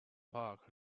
park